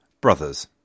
Brothers